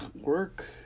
work